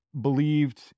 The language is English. believed